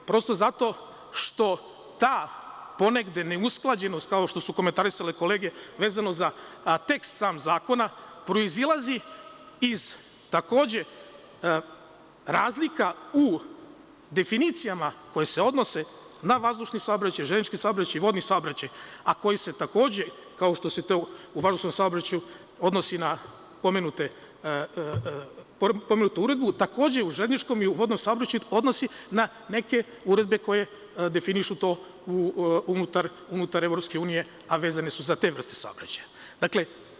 Prosto zato što ta ponegde neusklađenost, kako su komentarisale kolege, vezano za tekst sam zakona, proizilazi iz razlika u definicijama koje se odnose na vazdušni saobraćaj, železnički saobraćaj i vodni saobraćaj, a koji se kao što se to u vazdušnom saobraćaju odnosi na pomenutu uredbu, takođe i u železničkom i u vodnom saobraćaju, odnosi na neke uredbe koje definišu to unutar EU, a vezane su za te vrste saobraćaja.